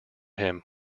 him